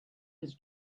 his